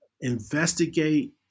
investigate